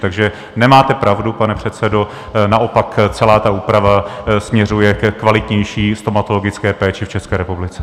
Takže nemáte pravdu, pane předsedo, naopak celá ta úprava směřuje ke kvalitnější stomatologické péči v České republice.